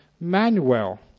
Manuel